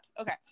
Okay